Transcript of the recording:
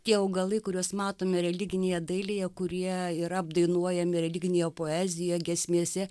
tie augalai kuriuos matome religinėje dailėje kurie yra apdainuojami religinėje poezijoj giesmėse